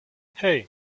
hey